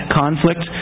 conflict